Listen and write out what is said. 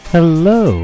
Hello